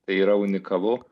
tai yra unikalu